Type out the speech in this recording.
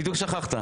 בדיוק שכחת?